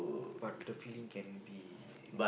but the feeling can be